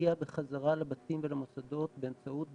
יגיע בחזרה לבתים ולמוסדות באמצעות ביקורים,